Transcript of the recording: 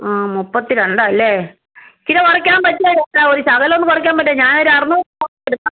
ആ മുപ്പത്തി രണ്ട് അല്ലേ കിലോ കുറയ്ക്കാൻ പറ്റുമോ ചേട്ടാ ഒരു ശകലം ഒന്നു കുറയ്ക്കാൻ പറ്റുമോ ഞാൻ ഒരു അറുന്നൂറ് എടുക്കാം